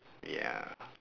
ya